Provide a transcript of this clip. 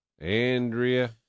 Andrea